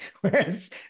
Whereas